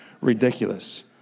Ridiculous